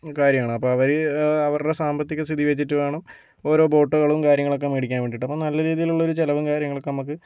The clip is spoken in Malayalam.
കാര്യങ്ങളാണ് അപ്പം അവര് അവരുടെ സാമ്പത്തിക സ്ഥിതിവച്ചിട്ട് വേണം ഓരോ ബോട്ടുകളും കാര്യങ്ങളൊക്കെ മേടിക്കാൻ വേണ്ടിയിട്ട് അപ്പം നല്ല രീതിയിലുള്ളൊരു ചിലവും കാര്യങ്ങളൊക്കെ നമുക്ക്